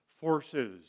forces